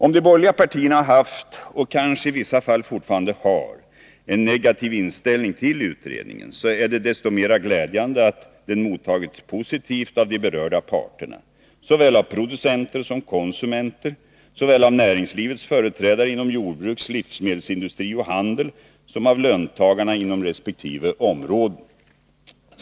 Då de borgerliga partierna har haft, och kanske i vissa fall fortfarande har, en negativ inställning till utredningen är det desto mer glädjande att den mottagits positivt av de berörda parterna — producenter och konsumenter, näringslivets företrädare inom jordbruk, livsmedelsindustri och handel samt löntagarna inom resp. område.